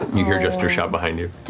you hear jester shout behind you.